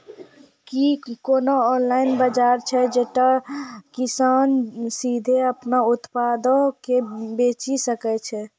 कि कोनो ऑनलाइन बजार छै जैठां किसान सीधे अपनो उत्पादो के बेची सकै छै?